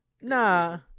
Nah